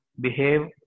behave